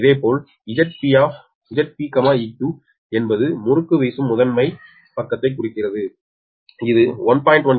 இதேபோல் Zpeq என்பது முறுக்கு வீசும் முதன்மை பக்கத்தைக் குறிக்கிறது இது 1